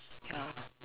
ya